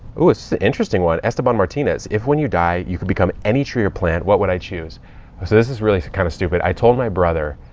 ooh, interesting one! esteban martinez if when you die, you could become any tree or plant, what would i choose? so this is really kind of stupid. i told my brother,